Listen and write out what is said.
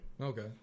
Okay